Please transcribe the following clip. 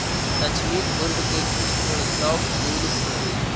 दक्षिणी ध्रुव के कुछ पेड़ सॉफ्टवुड हइ